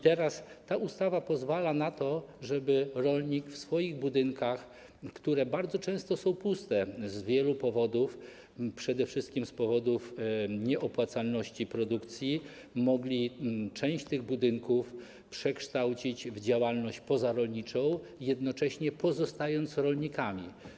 Ta ustawa pozwala na to, żeby rolnicy w swoich budynkach, które bardzo często są puste z wielu powodów, przede wszystkim z powodów nieopłacalności produkcji, mogli część tych budynków przekształcić w działalność pozarolniczą, jednocześnie pozostając rolnikami.